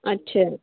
ਅੱਛਾ